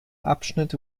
abschnitt